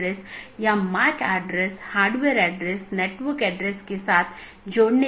दूसरे अर्थ में यह ट्रैफिक AS पर एक लोड है